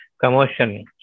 commotion